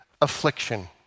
affliction